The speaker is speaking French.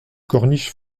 corniche